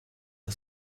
are